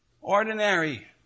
ordinary